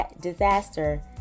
disaster